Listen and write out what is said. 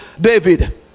David